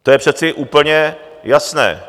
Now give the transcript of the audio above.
To je přece úplně jasné.